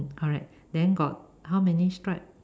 correct then got how many stripe